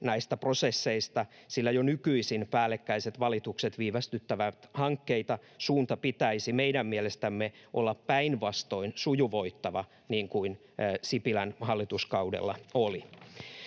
näistä prosesseista, sillä jo nykyisin päällekkäiset valitukset viivästyttävät hankkeita. Suunnan pitäisi meidän mielestämme olla päinvastoin sujuvoittava, niin kuin Sipilän hallituskaudella oli.